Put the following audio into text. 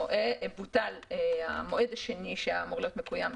בוטל המועד השני שהיה אמור להיות מקוים,